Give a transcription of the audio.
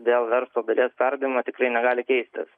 dėl verslo dalies perdavimo tikrai negali keistis